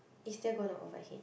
is that gonna overhead